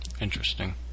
Interesting